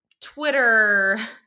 Twitter